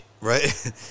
Right